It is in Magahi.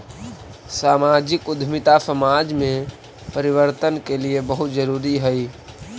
सामाजिक उद्यमिता समाज में परिवर्तन के लिए बहुत जरूरी हई